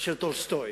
של טולסטוי,